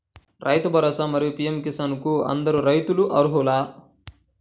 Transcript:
రైతు భరోసా, మరియు పీ.ఎం కిసాన్ కు అందరు రైతులు అర్హులా?